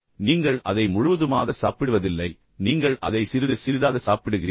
எனவே நீங்கள் அதை முழுவதுமாக சாப்பிடுவதில்லை ஆனால் நீங்கள் அதை சிறிது சிறிதாக சாப்பிடுகிறீர்கள்